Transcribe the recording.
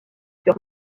sur